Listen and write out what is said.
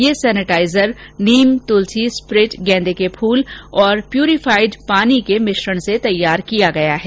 यह सेनेटाइजर नीम तुलसी स्प्रिट गेंदा का फूल और प्यूरीफाइड पानी के मिश्रण से तैयार किया गया है